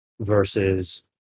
Versus